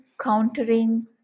countering